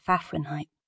Fahrenheit